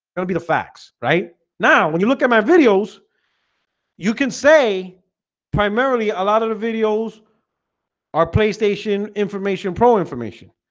it'll be the facts right now when you look at my videos you can say primarily a lot of the videos are playstation information pro information,